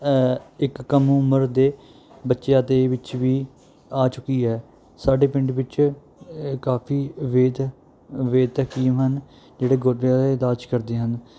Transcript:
ਇੱਕ ਕਮ ਉਮਰ ਦੇ ਬੱਚਿਆਂ ਦੇ ਵਿੱਚ ਵੀ ਆ ਚੁੱਕੀ ਹੈ ਸਾਡੇ ਪਿੰਡ ਵਿੱਚ ਕਾਫੀ ਵੇਦ ਵੇਦ ਹਕੀਮ ਹਨ ਜਿਹੜੇ ਗੋਡਿਆਂ ਦਾ ਇਲਾਜ ਕਰਦੇ ਹਨ